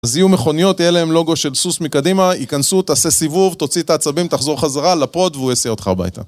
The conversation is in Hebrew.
אז יהיו מכוניות, תהיה להם לוגו של סוס מקדימה, ייכנסו, תעשה סיבוב, תוציא את העצבים, תחזור חזרה, לפרוד והוא יעשה אותך הביתה.